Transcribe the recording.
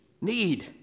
Need